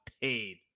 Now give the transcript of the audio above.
paid